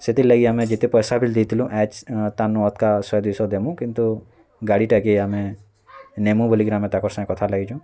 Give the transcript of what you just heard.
ସେଥିର୍ ଲାଗି ଆମେ ଯେତେ ପଇସା ବି ଦେଇଥିଲୁ ଏଚ୍ ତା ନୁ ଅଧିକା ଶହେ ଦୁଇଶହ ଦେମୁ କିନ୍ତୁ ଗାଡ଼ିଟାକେ ଆମେ ନେମୁ ବୋଲିକିରି ଆମେ ତାକର୍ ସାଙ୍ଗେ କଥା ଲାଗିଛୁଁ